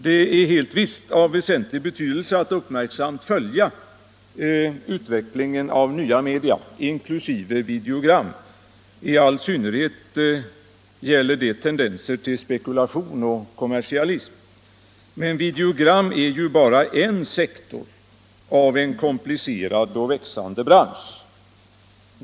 Det är helt visst av väsentlig betydelse att uppmärksamt följa utvecklingen av nya media, inklusive videogram. I all synnerhet gäller det tendenser till spekulation och kommersialism. Men videogram är ju bara en sektor av en komplicerad och växande bransch.